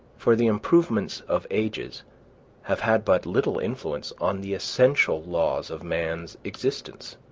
for the improvements of ages have had but little influence on the essential laws of man's existence